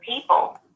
people